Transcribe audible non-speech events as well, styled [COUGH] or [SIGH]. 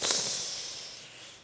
[NOISE]